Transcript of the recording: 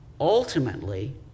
Ultimately